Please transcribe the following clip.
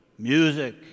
music